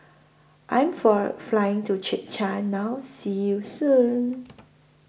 I Am For Flying to Czechia now See YOU Soon